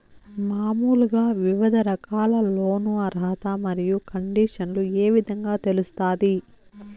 మామూలుగా వివిధ రకాల లోను అర్హత మరియు కండిషన్లు ఏ విధంగా తెలుస్తాది?